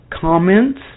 comments